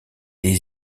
des